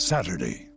Saturday